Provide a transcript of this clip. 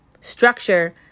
Structure